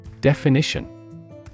Definition